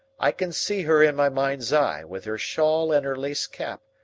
i can see her in my mind's eye, with her shawl and her lace cap,